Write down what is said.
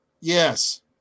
Yes